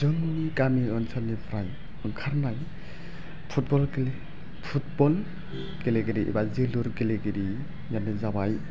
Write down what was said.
जोंनि गामि ओन्सोलनिफ्राय ओंखारनाय फुटबल गेलेगिरि एबा जोलुर गेलेगिरियानो जाबाय